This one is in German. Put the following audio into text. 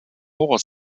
horror